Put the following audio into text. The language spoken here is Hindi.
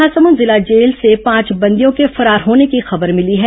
महासमुंद जिला जेल से पांच बंदियों के फरार होने की खबर मिली है